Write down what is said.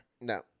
No